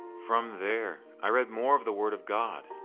from there, i read more of the word of god.